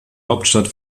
hauptstadt